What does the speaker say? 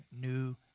new